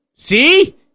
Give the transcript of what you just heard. See